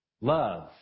love